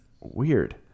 weird